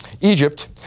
Egypt